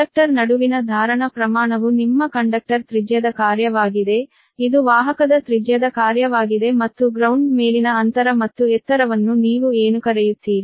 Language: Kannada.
ಕಂಡಕ್ಟರ್ ನಡುವಿನ ಧಾರಣ ಪ್ರಮಾಣವು ನಿಮ್ಮ ಕಂಡಕ್ಟರ್ ತ್ರಿಜ್ಯದ ಕಾರ್ಯವಾಗಿದೆ ಇದು ವಾಹಕದ ತ್ರಿಜ್ಯದ ಕಾರ್ಯವಾಗಿದೆ ಮತ್ತು ಗ್ರೌಂಡ್ ಮೇಲಿನ ಅಂತರ ಮತ್ತು ಎತ್ತರವನ್ನು ನೀವು ಏನು ಕರೆಯುತ್ತೀರಿ